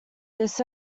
this